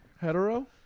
hetero